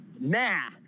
nah